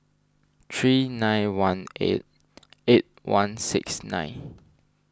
three nine one eight eight one six nine